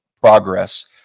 progress